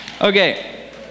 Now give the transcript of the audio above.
Okay